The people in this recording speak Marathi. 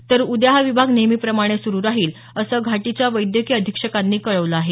तर उद्या हा विभाग नेहमीप्रमाणे सुरु राहील असं घाटीच्या वैद्यकीय अधीक्षकांनी कळवलं आहे